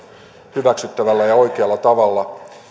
hyväksyttävällä ja oikealla tavalla